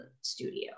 studio